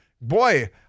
Boy